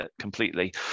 completely